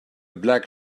black